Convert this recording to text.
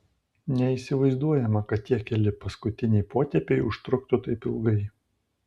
neįsivaizduojama kad tie keli paskutiniai potėpiai užtruktų taip ilgai